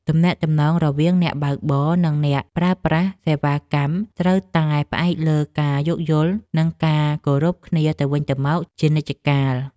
ទំនាក់ទំនងរវាងអ្នកបើកបរនិងអ្នកប្រើប្រាស់សេវាកម្មត្រូវតែផ្អែកលើការយោគយល់និងការគោរពគ្នាទៅវិញទៅមកជានិច្ចកាល។